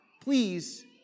please